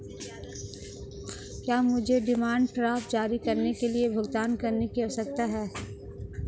क्या मुझे demand draft जारी करने के लिए भुगतान करने की आवश्यकता है?